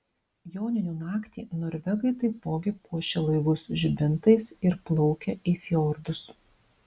joninių naktį norvegai taipogi puošia laivus žibintais ir plaukia į fjordus